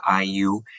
IU